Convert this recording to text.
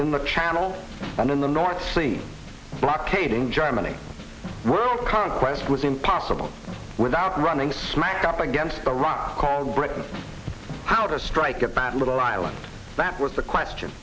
in the channel and in the north sea blockade in germany world conquest was impossible without running smack up against the run called britain how to strike a bad little island that was the question